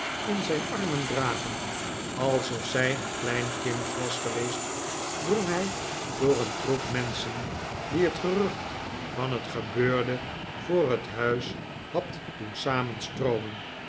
in zijn armen dragend alsof zij een klein kind was geweest drong hij door een troep menschen die het gerucht van het gebeurde voor het huis had doen